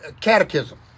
catechism